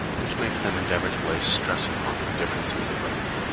this makes them endeavor to lay stress upon differences of rank.